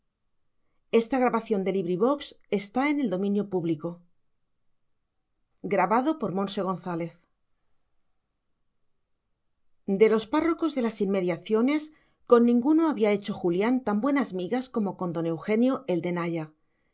se enfrascaba nuevamente en sus páginas místicas vi de los párrocos de las inmediaciones con ninguno había hecho julián tan buenas migas como con don eugenio el de naya